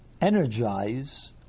Energize